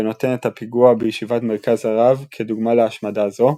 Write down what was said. ונותן את הפיגוע בישיבת מרכז הרב כדוגמה להשמדה זו,